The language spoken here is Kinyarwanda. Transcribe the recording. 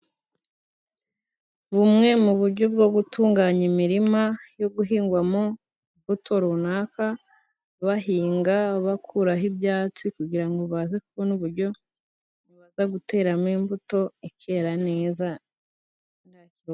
Bumwe mu buryo bwo gutunganya imirima yo guhingwamo imbuto runaka, bahinga bakuraho ibyatsi kugira ngo baze kubona uburyo ki ibaza guteramo imbuto ikera neza.